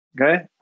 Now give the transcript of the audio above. Okay